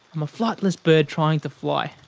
i'm a flightless bird trying to fly.